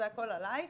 זה הכל עלייך